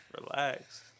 Relax